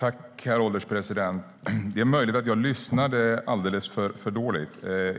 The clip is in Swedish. Herr ålderspresident! Det är möjligt att jag lyssnade för dåligt.